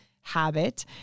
habit